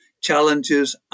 challenges